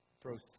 throws